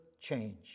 change